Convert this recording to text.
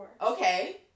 Okay